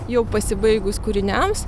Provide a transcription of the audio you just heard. jau pasibaigus kūriniams